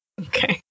Okay